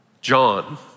John